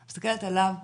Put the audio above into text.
אני מסתכלת עליו כפרט.